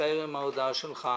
נשארים החקלאים.